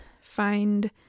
find